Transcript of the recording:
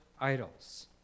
idols